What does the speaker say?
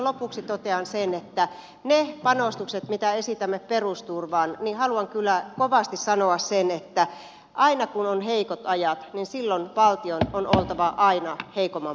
lopuksi totean niistä panostuksista mitä esitämme perusturvaan että haluan kyllä kovasti sanoa sen että aina kun on heikot ajat niin silloin valtion on oltava aina heikomman puolella